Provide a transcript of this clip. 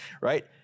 right